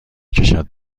کشد